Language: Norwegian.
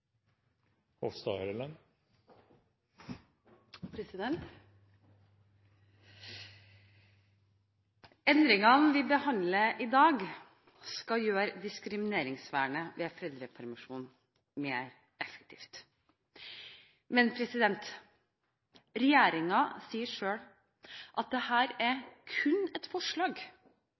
forslaget. Endringene vi behandler i dag, skal gjøre diskrimineringsvernet ved foreldrepermisjon mer effektivt, men regjeringen sier selv at dette forslaget kun er